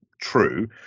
true